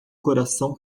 coração